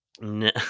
No